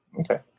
okay